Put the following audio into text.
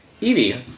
Evie